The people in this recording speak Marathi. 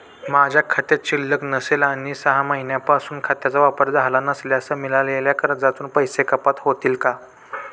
माझ्या खात्यात शिल्लक नसेल आणि सहा महिन्यांपासून खात्याचा वापर झाला नसल्यास मिळालेल्या कर्जातून पैसे कपात होतील का?